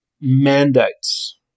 mandates